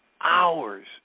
hours